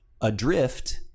Adrift